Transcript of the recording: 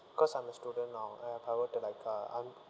cause I'm a student now and if I were to like uh un~